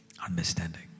Understanding